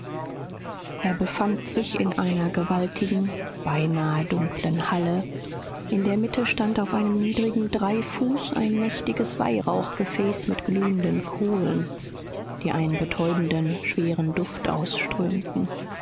er befand sich in einer gewaltigen beinahe dunklen halle in der mitte stand auf einem niedrigen dreifuß ein mächtiges weihrauchgefäß mit glühenden kohlen die einen betäubenden schweren duft ausströmten